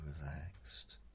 relaxed